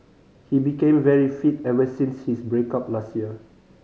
he became very fit ever since his break up last year